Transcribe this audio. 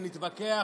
נתווכח,